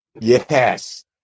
Yes